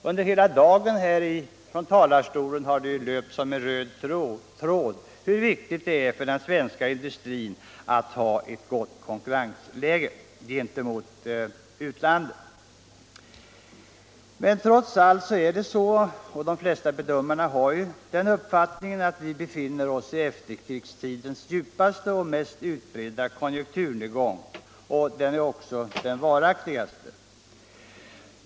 Under hela dagen har det från denna talarstol gått som en röd tråd hur viktigt det är för den svenska industrin att ha ett gott konkurrensläge gentemot utlandet. Trots allt är det så — de flesta bedömare har den uppfattningen — att vi befinner oss i efterkrigstidens djupaste och mest utbredda konjukturnedgång och att det är den varaktigaste.